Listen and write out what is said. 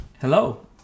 Hello